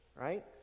right